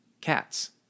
cats